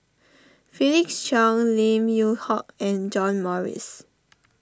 Felix Cheong Lim Yew Hock and John Morrice